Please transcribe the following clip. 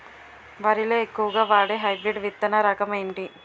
వరి లో ఎక్కువుగా వాడే హైబ్రిడ్ విత్తన రకం ఏంటి?